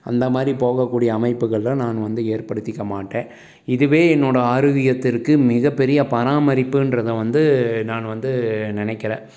அந்த மாதிரி போகக்கூடிய அமைப்புகளில் நான் வந்து ஏற்படுத்திக்கமாட்டேன் இதுவே என்னோடய ஆரோக்கியத்திற்கு மிகப்பெரிய பராமரிப்புன்றதை வந்து நான் வந்து நினைக்கிறேன்